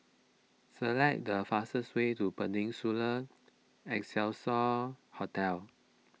select the fastest way to Peninsula Excelsior Hotel